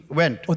went